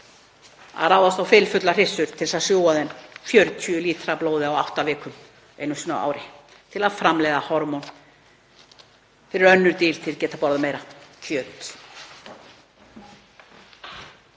að ráðast á fylfullar hryssur til að sjúga þeim 40 lítra af blóði á átta vikum einu sinni á ári til að framleiða hormón fyrir önnur dýr til að við getum borðað meira kjöt.